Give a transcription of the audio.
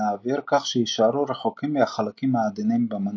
האוויר כך שיישארו רחוקים מהחלקים העדינים במנוע.